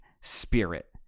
spirit